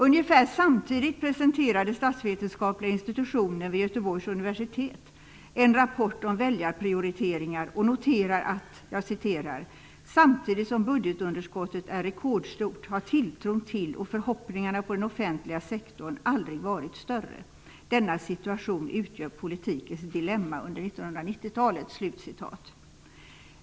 Ungefär samtidigt presenterade statsvetenskapliga institutionen vid Göteborgs universitet en rapport om väljarprioriteringar och noterade: ''Samtidigt som budgetunderskottet är rekordstort har tilltron till och förhoppningarna på den offentliga sektorn aldrig varit större. Denna situation utgör politikens dilemma under 1990-talet.''